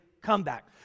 comeback